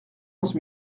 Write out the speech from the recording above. onze